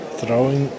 throwing